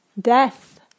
Death